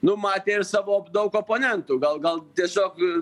nu matė ir savo daug oponentų gal gal tiesiog